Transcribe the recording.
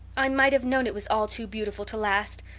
i might have known it was all too beautiful to last.